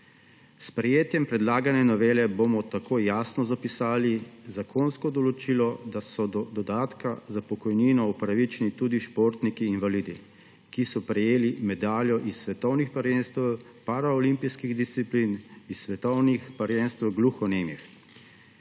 S sprejetjem predlagane novele bomo tako jasno zapisali zakonsko določilo, da so do dodatka za pokojnino upravičeni tudi športniki invalidi, ki so prejeli medaljo s svetovnih prvenstev paraolimpijskih disciplin, s svetovnih prvenstev gluhonemih,